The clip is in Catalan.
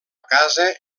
casa